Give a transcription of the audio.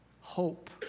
hope